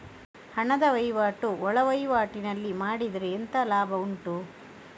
ಹಣದ ವಹಿವಾಟು ಒಳವಹಿವಾಟಿನಲ್ಲಿ ಮಾಡಿದ್ರೆ ಎಂತ ಲಾಭ ಉಂಟು?